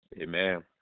Amen